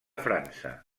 frança